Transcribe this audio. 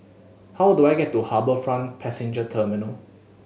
how do I get to HarbourFront Passenger Terminal